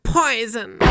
poison